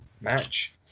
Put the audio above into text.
match